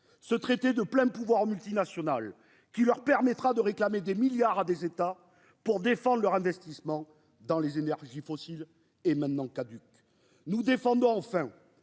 ce traité de pleins pouvoirs, multinationale qui leur permettra de réclamer des milliards à des États pour défendre leur investissement dans les énergies fossiles et maintenant caduque, nous défendons enfin